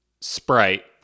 Sprite